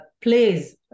plays